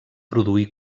produí